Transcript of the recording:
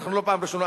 אנחנו לא פעם ראשונה,